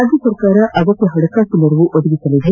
ರಾಜ್ಞ ಸರ್ಕಾರ ಅಗತ್ತ ಹಣಕಾಸು ನೆರವು ಒದಗಿಸಲಿದೆ